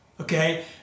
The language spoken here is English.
okay